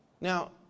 Now